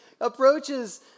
approaches